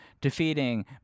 defeating